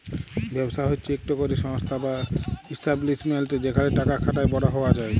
ব্যবসা হছে ইকট ক্যরে সংস্থা বা ইস্টাব্লিশমেল্ট যেখালে টাকা খাটায় বড় হউয়া যায়